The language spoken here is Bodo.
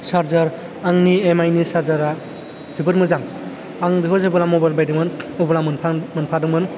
चार्जार आंनि एमआईनि चार्जारा जोबोद मोजां आं बेखौ जेब्ला मबाइल बायदोंमोन अब्ला मोनफा मोनफादोमोन